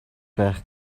байх